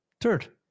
third